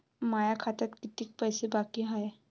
माया खात्यात कितीक पैसे बाकी हाय?